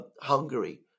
Hungary